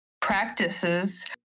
practices